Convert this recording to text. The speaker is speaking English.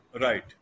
Right